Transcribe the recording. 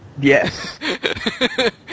Yes